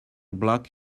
block